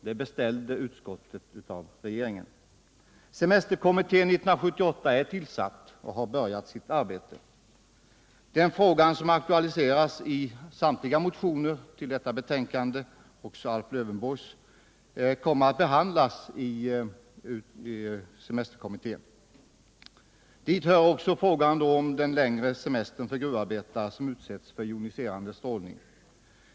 Det beställde utskottet av regeringen. Semesterkommittén 1978 är tillsatt och har börjat sitt arbete. De frågor som aktualiseras i samtliga motioner som tas upp i detta utskottsbetänkande — också AIf Lövenborgs —- kommer att behandlas av semesterkommittén. Dit hör också frågan om den längre semestern för gruvarbetare som utsätts för joniserande strålning.